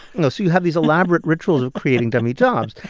you know, so you have these elaborate rituals of creating dummy jobs